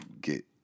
get